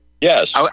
Yes